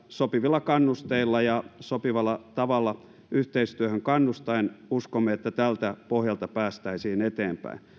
sopivilla kannusteilla ja sopivalla tavalla yhteistyöhön kannustaen tältä pohjalta päästäisiin eteenpäin